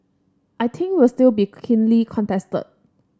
I think will still be keenly contested